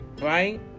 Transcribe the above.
right